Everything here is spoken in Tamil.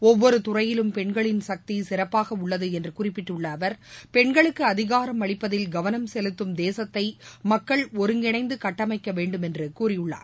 ஒவ்வொரு துறையிலும் பெண்களின் சக்தி சிறப்பாக உள்ளது என்று குறிப்பிட்டுள்ள அவர் பெண்களுக்கு அதிகாரம் அளிப்பதில் கவனம் செலுத்தும் தேசத்தை மக்கள் ஒருங்கிணைந்து கட்டமைக்க வேண்டுமென்று கூறியுள்ளார்